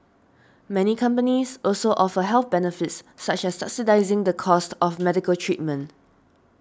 many companies also offer health benefits such as subsidising the cost of medical treatment